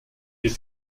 wird